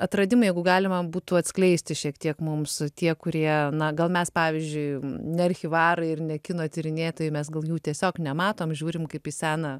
atradimai jeigu galima būtų atskleisti šiek tiek mums tie kurie na gal mes pavyzdžiui ne archyvarai ir ne kino tyrinėtojai mes gal jų tiesiog nematom žiūrim kaip į seną